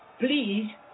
Please